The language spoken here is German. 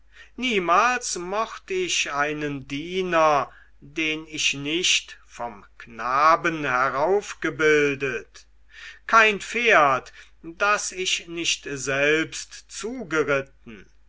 niemals mocht ich einen diener den ich nicht vom knaben heraufgebildet kein pferd das ich nicht selbst zugeritten